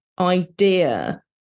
idea